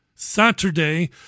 Saturday